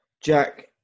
Jack